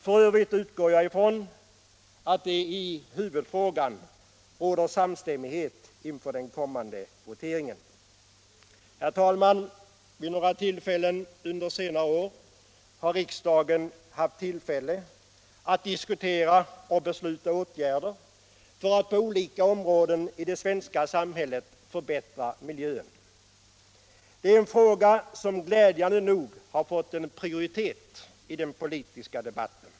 F. ö. utgår jag från att det i huvudfrågan råder samstämmighet inför den kommande voteringen. Herr talman! Vid några tillfällen under senare år har riksdagen diskuterat och beslutat åtgärder för att på olika områden i det svenska samhället förbättra miljön. Miljöfrågan har glädjande nog fått prioritet i den politiska debatten.